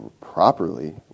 properly